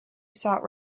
sought